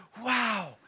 wow